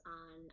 on